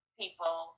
people